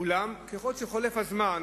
אולם ככל שחולף הזמן